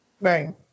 Right